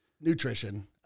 Nutrition